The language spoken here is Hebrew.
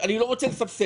אני לא רוצה לסבסד,